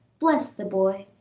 bless the boy!